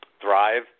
thrive